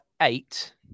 eight